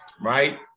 right